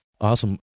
Awesome